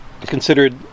considered